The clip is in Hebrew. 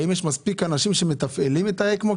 האם יש מספיק אנשים שמתפעלים את האקמו?